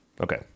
Okay